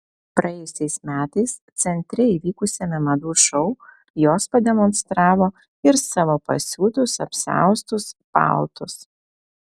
praėjusiais metais centre įvykusiame madų šou jos pademonstravo ir savo pasiūtus apsiaustus paltus